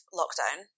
lockdown